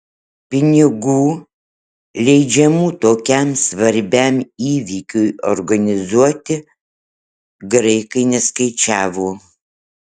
pinigų leidžiamų tokiam svarbiam įvykiui organizuoti graikai neskaičiavo